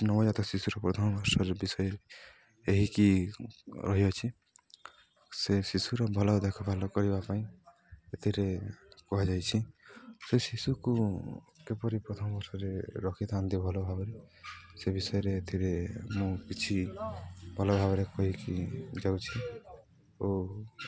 ନବଜାତ ଶିଶୁର ପ୍ରଥମ ବର୍ଷରେ ବିଷୟ ଏହିକି ରହିଅଛି ସେ ଶିଶୁର ଭଲ ଦେଖ ଭାଲ କରିବା ପାଇଁ ଏଥିରେ କୁହାଯାଇଛି ସେ ଶିଶୁକୁ କିପରି ପ୍ରଥମ ବର୍ଷରେ ରଖିଥାନ୍ତି ଭଲ ଭାବରେ ସେ ବିଷୟରେ ଏଥିରେ ମୁଁ କିଛି ଭଲ ଭାବରେ କହିକି ଯାଉଛି ଓ